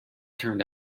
turned